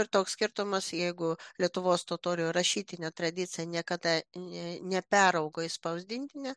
ir toks skirtumas jeigu lietuvos totorių rašytinė tradicija niekada neperaugo į spausdintinę